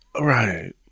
right